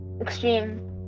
extreme